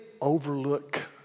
overlook